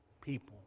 people